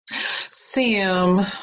Sam